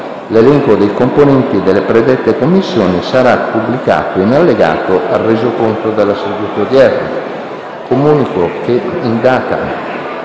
L'elenco dei componenti delle predette Commissioni sarà pubblicato in allegato al Resoconto della seduta odierna.